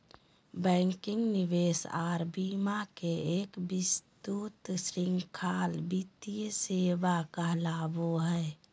banking, निवेश आर बीमा के एक विस्तृत श्रृंखला वित्तीय सेवा कहलावय हय